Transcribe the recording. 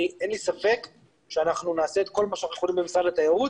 אין לי ספק שאנחנו נעשה את כל מה שאנחנו יכולים במשרד התיירות